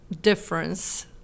difference